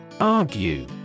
ARGUE